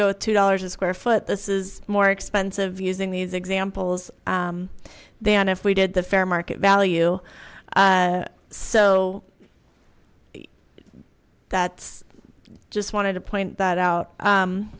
to two dollars a square foot this is more expensive using these examples then if we did the fair market value so that's just wanted to point that out